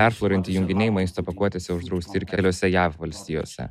perflorinti junginiai maisto pakuotėse uždrausti ir keliose jav valstijose